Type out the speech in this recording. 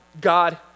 God